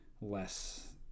less